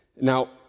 Now